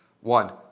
One